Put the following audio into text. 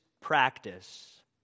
practice